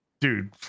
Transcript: dude